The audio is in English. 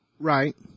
Right